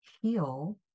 heal